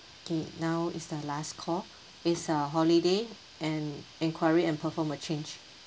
mm now is the last call is uh holiday and inquiry and perform the change